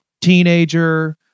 teenager